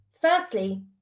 Firstly